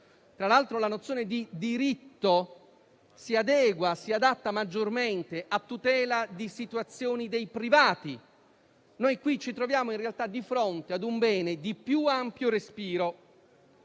Tra l'altro, la nozione di diritto si adegua e si adatta maggiormente alla tutela di situazioni dei privati. Qui in realtà ci troviamo di fronte ad un bene di più ampio respiro.